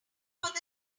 luck